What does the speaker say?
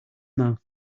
mouth